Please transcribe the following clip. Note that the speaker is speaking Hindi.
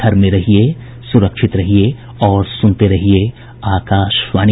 घर में रहिये सुरक्षित रहिये और सुनते रहिये आकाशवाणी